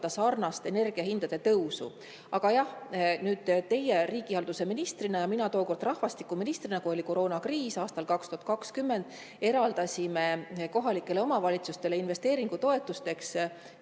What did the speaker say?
sarnast energiahindade tõusu. Aga jah, teie riigihalduse ministrina ja mina tookord rahvastikuministrina, kui oli koroonakriis aastal 2020, eraldasime kohalikele omavalitsustele investeeringutoetusteks